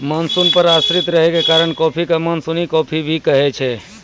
monsoon पर आश्रित रहै के कारण कॉफी कॅ मानसूनी कॉफी भी कहै छै